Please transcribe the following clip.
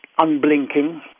unblinking